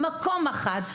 במקום אחד,